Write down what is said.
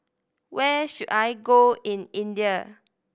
where should I go in India